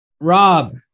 Rob